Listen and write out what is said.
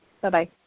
Bye-bye